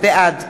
בעד